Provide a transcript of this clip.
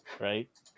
Right